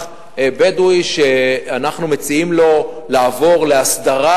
בדואי שאנחנו מציעים לו לעבור להסדרה,